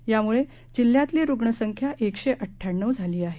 यामुळे जिल्ह्यातली रुग्ण संख्या एकशे अव्वयाण्णव झाली आहे